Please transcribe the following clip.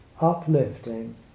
uplifting